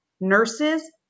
nurses